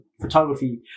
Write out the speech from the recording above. photography